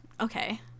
Okay